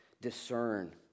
discern